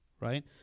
Right